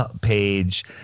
page